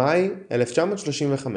במאי 1935,